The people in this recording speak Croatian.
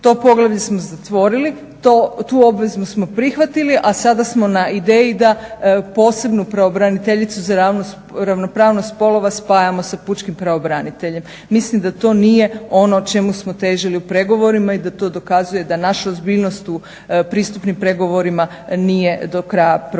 To poglavlje smo zatvorili, tu obvezu smo prihvatili a sada smo na ideji da posebnu pravobraniteljicu za ravnopravnost spolova spajamo sa pučkim pravobraniteljem. Mislim da to nije ono čemu smo težili u pregovorima i da to dokazuje da naša ozbiljnost u pristupnim pregovorima nije do kraja provedena.